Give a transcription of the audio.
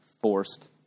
forced